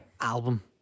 album